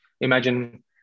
Imagine